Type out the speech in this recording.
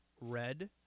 red